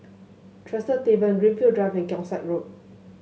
Tresor Tavern Greenfield Drive and Keong Saik Road